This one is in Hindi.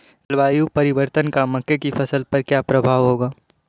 जलवायु परिवर्तन का मक्के की फसल पर क्या प्रभाव होगा?